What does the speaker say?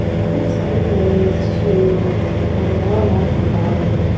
always finding ways to become more alive in the body,